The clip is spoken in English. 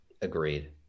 Agreed